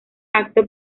acto